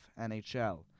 NHL